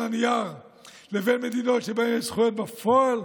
הנייר לבין מדינות שבהן יש זכויות בפועל,